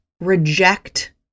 reject